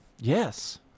yes